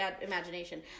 imagination